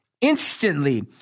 instantly